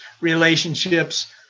relationships